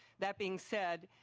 that being said,